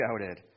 shouted